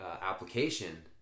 application